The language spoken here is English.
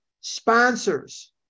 sponsors